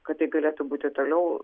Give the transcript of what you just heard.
kad tai galėtų būti toliau